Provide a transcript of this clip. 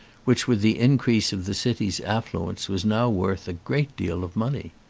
which with the increase of the city's affluence was now worth a great deal of money.